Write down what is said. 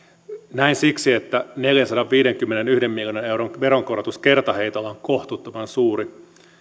näin siksi että neljänsadanviidenkymmenenyhden miljoonan euron veronkorotus kertaheitolla on kohtuuttoman suuri